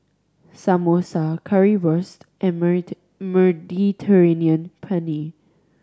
Samosa Currywurst and Mediterranean Penne